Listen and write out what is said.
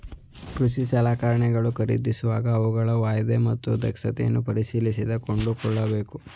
ಕೃಷಿ ಸಲಕರಣೆಗಳನ್ನು ಖರೀದಿಸುವಾಗ ಅವುಗಳ ವಾಯ್ದೆ ಮತ್ತು ದಕ್ಷತೆಯನ್ನು ಪರಿಶೀಲಿಸಿ ಕೊಂಡುಕೊಳ್ಳಬೇಕು